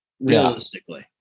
realistically